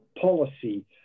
policy